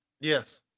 Yes